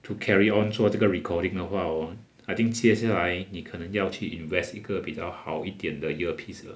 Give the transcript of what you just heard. to carry on 做这个 recording 的话 hor I think 接下来你可能要去 invest 一个比较好一点的 earpiece 了